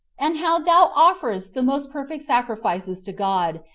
and how thou offeredst the most perfect sacrifices to god,